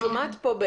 את שומעת פה,